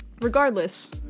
regardless